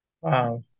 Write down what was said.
Wow